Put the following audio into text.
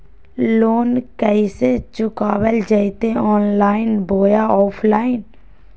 Loan कैसे चुकाबल जयते ऑनलाइन बोया ऑफलाइन?